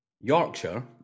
Yorkshire